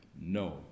No